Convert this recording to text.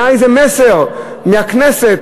היה איזה מסר מהכנסת,